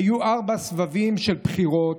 היו ארבעה סבבים של בחירות,